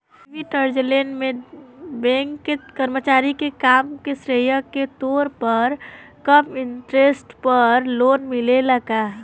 Switzerland में bank के कर्मचारी के काम के श्रेय के तौर पर कम इंटरेस्ट पर लोन मिलेला का?